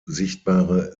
sichtbare